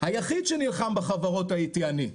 היחיד שנלחם בחברות הייתי אני,